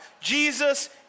Jesus